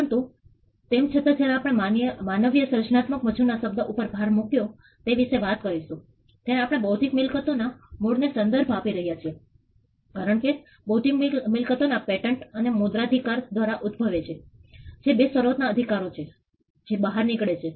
પરંતુ તેમ છતાં જયારે આપણે માનવીય સર્જનાત્મક મજૂર ના શબ્દ ઉપર ભાર મુક્યો તે વિશે વાત કરીશું ત્યારે આપણે બૌદ્ધિક મિલકતો ના મૂળનો સંદર્ભ આપી રહ્યા છીએ કારણ કે બૌદ્ધિક મિલકતો પેટન્ટ અને મુદ્રણાધિકાર દ્વારા ઉદ્ભવે છે જે બે શરૂઆત ના અધિકારો છે જે બહાર નીકળે છે